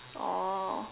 oh